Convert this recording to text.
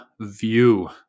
view